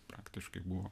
praktiškai buvo